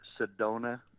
Sedona